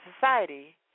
society